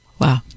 Wow